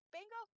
Bingo